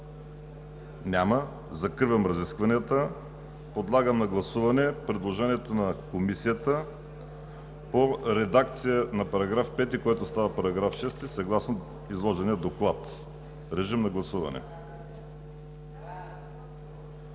Няма. Закривам разискванията. Подлагам на гласуване предложението на Комисията за редакция на § 5, който става § 6 съгласно изложения доклад. Гласували